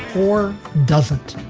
or doesn't